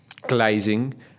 glazing